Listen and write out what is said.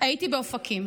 הייתי באופקים.